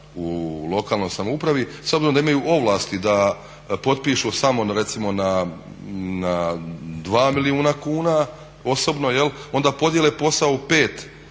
u lokalnoj samoupravi, s obzirom da imaju ovlasti da potpišu samo recimo na dva milijuna kuna osobno, onda podijele posao u pet,